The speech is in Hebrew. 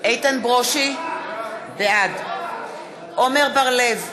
איתן ברושי, בעד עמר בר-לב,